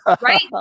right